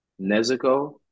Nezuko